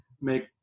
make